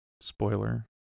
spoiler